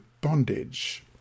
bondage